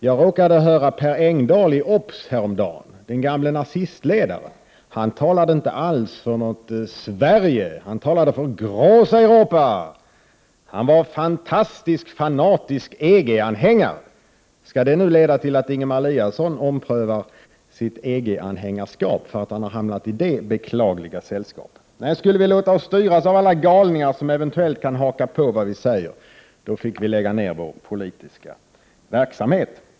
Jag råkade höra Per Engdahl, den gamle nazistledaren, i Obs!-Kulturkvarten häromdagen. Han talade inte alls för något Sverige, han talade för ”Grosseuropa”. Han var fantastisk, fanatisk EG-anhängare. Skall det leda till att Ingemar Eliasson omprövar sitt EG-anhängarskap, för att han har hamnat i det beklagliga sällskapet? Nej, skulle vi låta oss styras av alla galningar som eventuellt kan haka på vad vi säger, fick vi lägga ned vår politiska verksamhet.